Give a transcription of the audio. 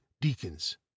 deacons